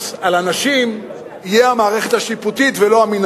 בחודש יוני 2002. אנשים שהתחתנו עוד לפני כן